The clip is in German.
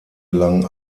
lang